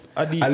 adi